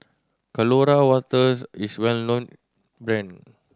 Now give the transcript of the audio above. Colora Waters is a well known brand